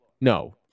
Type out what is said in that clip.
No